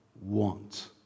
Want